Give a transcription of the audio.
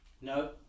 No